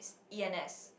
E_N_S